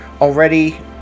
already